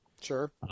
Sure